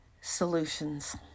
solutions